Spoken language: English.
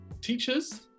teachers